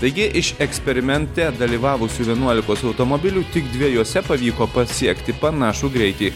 taigi iš eksperimente dalyvavusių vienuolikos automobilių tik dviejuose pavyko pasiekti panašų greitį